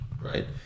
Right